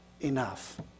enough